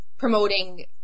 Promoting